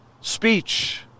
speech